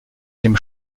dem